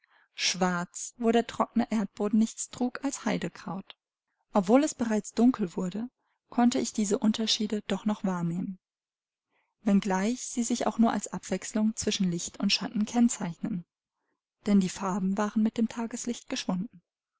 schwarz wo der trockne erdboden nichts trug als haidekraut obschon es bereits dunkel wurde konnte ich diese unterschiede doch noch wahrnehmen wenngleich sie sich auch nur als abwechslung zwischen licht und schatten kennzeichneten denn die farben waren mit dem tageslicht geschwunden